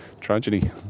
tragedy